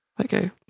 Okay